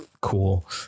cool